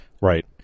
Right